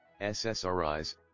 SSRIs